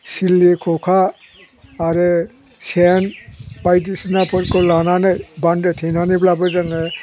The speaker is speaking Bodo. सिलि ख'खा आरो सेन बायदिसिनाफोरखौ लानानै बान्दो थेनानैब्लाबो जोङो